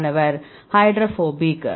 மாணவர் ஹைட்ரோபோபிக்